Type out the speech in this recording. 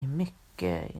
mycket